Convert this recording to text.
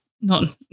None